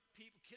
people